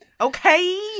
okay